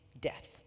death